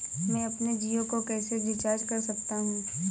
मैं अपने जियो को कैसे रिचार्ज कर सकता हूँ?